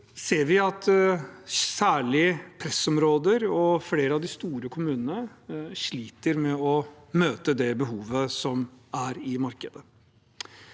vi at særlig pressområder og flere av de store kommunene sliter med å møte det behovet som er i markedet.